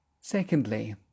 Secondly